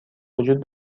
وجود